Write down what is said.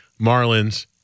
Marlins